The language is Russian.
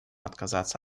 отказаться